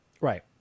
Right